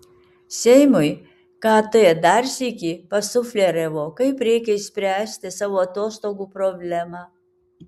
seimui kt dar sykį pasufleravo kaip reikia išspręsti savo atostogų problemą